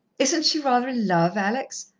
isn't she rather a love, alex?